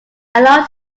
allowed